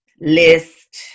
List